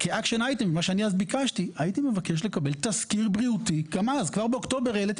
אני אז ביקשתי לקבל תזכיר בריאותי - כבר באוקטובר העליתי